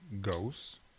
ghosts